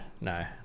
no